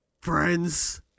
friends